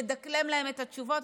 מדקלם להם את התשובות,